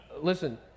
listen